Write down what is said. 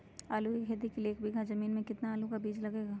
आलू की खेती के लिए एक बीघा जमीन में कितना आलू का बीज लगेगा?